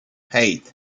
eight